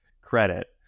credit